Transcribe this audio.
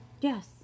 Yes